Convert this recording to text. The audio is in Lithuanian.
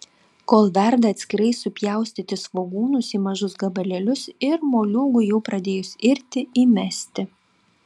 kol verda atskirai supjaustyti svogūnus į mažus gabalėlius ir moliūgui jau pradėjus irti įmesti